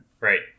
Right